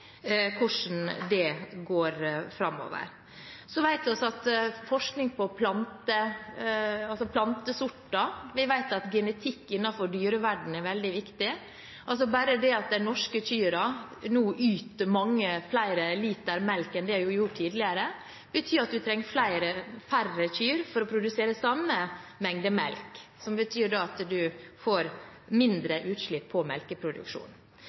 framover. Så vet vi at forskning på plantesorter og genetikk innenfor dyreverdenen er veldig viktig. Bare det at de norske kyrne nå yter mange flere liter melk enn det de har gjort tidligere, betyr at vi trenger færre kyr for å produsere samme mengde melk, som betyr at man får mindre utslipp